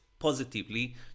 Positively